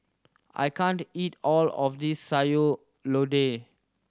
I can't eat all of this Sayur Lodeh